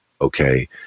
okay